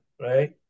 right